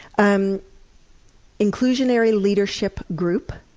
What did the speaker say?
um inclusionary leadership group.